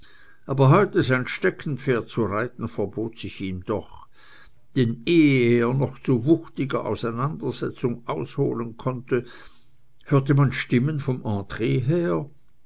aber heute sein steckenpferd zu reiten verbot sich ihm doch denn ehe er noch zu wuchtiger auseinandersetzung ausholen konnte hörte man stimmen vom entree her